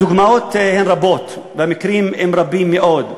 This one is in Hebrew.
הדוגמאות הן רבות והמקרים הם רבים מאוד.